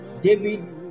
David